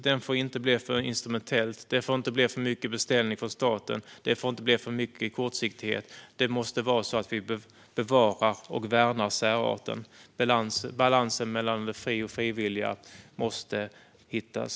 Det får inte bli för instrumentellt, för mycket beställning från staten och för kortsiktigt. Vi måste bevara och värna särarten. Den rätta balansen när det gäller det fria och frivilliga måste hittas.